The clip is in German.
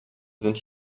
sind